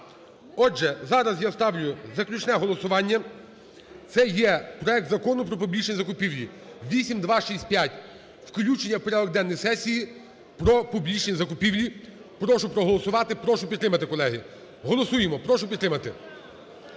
Отже, зараз я ставлю заключне голосування. Це є проект Закону про публічні закупівлі (8265), включення в порядок денний сесії про публічні закупівлі. Прошу проголосувати, прошу підтримати, колеги. Голосуємо. Прошу підтримати.